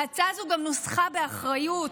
ההצעה הזו גם נוסחה באחריות,